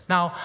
Now